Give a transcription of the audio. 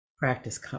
practice